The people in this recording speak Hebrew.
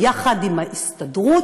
יחד עם ההסתדרות,